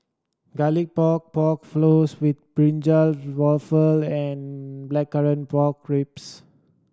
Garlic Pork Pork Floss with brinjal waffle and Blackcurrant Pork Ribs